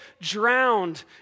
drowned